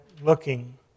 looking